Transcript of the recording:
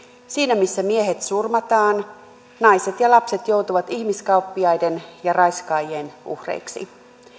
siinä missä miehet surmataan naiset ja lapset joutuvat ihmiskauppiaiden ja raiskaajien uhreiksi